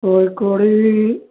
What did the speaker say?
കോഴക്കോടി